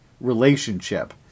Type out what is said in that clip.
relationship